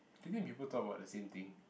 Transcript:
do you think people talk about the same thing